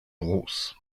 bros